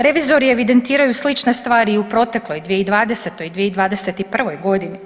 Revizori evidentiraju i slične stvari i u protekloj 2020. i 2021.g.